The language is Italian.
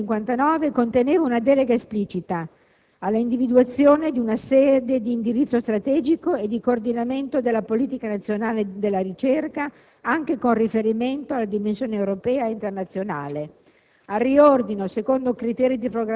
L'articolo 18 della legge n. 59 conteneva una delega esplicita alla «Individuazione di una sede di indirizzo strategico e di coordinamento della politica nazionale della ricerca, anche con riferimento alla dimensione europea e internazionale»,